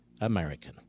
American